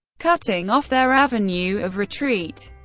cutting off their avenue of retreat.